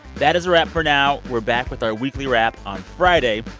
that is a wrap for now. we're back with our weekly wrap on friday.